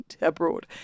abroad